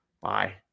Bye